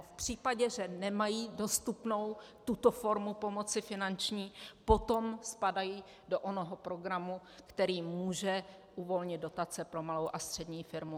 V případě, že nemají dostupnou tuto formu finanční pomoci, potom spadají do onoho programu, který může uvolnit dotaci pro malou a střední firmu.